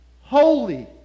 holy